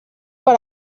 per